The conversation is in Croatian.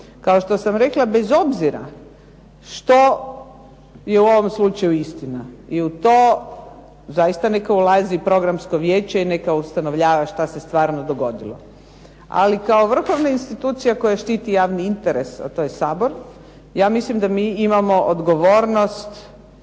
Kao što sam rekla bez obzira što je u ovom slučaju istina i u to zaista neka ulazi Programsko vijeće i neka ustanovljava šta se stvarno dogodilo, ali kao vrhovna institucija koja štiti javni interes a to je Sabor ja mislim da mi imamo odgovornost